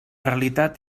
realitat